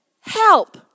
help